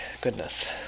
Goodness